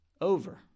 over